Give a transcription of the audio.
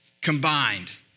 combined